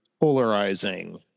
polarizing